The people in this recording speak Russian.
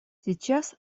сейчас